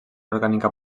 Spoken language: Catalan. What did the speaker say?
orgànica